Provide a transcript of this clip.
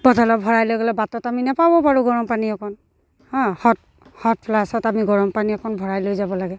বটলত ভৰাই লৈ গ'লে বাটত আমি নেপাবও পাৰোঁ গৰমপানী অকণ হাঁ হট হট ফ্লাক্সত আমি গৰম পানী অকণ ভৰাই লৈ যাব লাগে